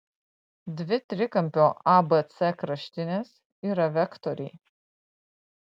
dvi trikampio abc kraštinės yra vektoriai